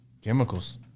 chemicals